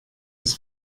das